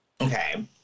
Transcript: Okay